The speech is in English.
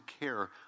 care